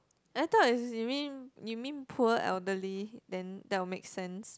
every time as in you mean you mean poor elderly then that would make sense